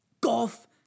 Golf